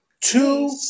Two